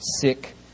sick